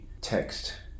text